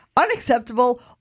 Unacceptable